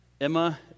Emma